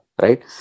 Right